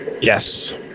yes